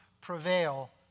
prevail